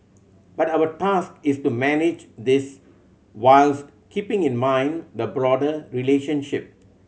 but our task is to manage this whilst keeping in mind the broader relationship